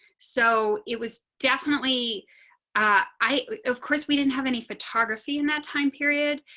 so it was definitely i of course we didn't have any photography in that time period.